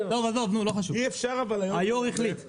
עזוב, היושב-ראש החליט.